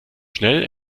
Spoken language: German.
schnell